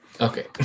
Okay